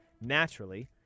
naturally